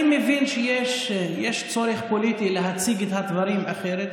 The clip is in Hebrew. אני מבין שיש צורך פוליטי להציג את הדברים אחרת.